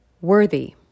worthy